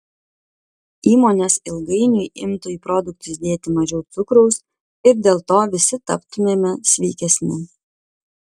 įmonės ilgainiui imtų į produktus dėti mažiau cukraus ir dėl to visi taptumėme sveikesni